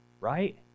Right